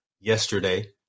yesterday